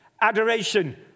adoration